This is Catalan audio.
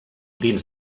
dins